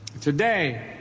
Today